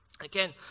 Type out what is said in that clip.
Again